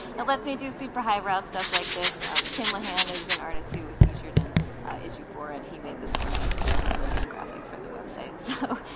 it lets me do super highbrow stuff like this tim lahan is an artist who was featured in issue four and he made this for me as a loading graphic for the websites so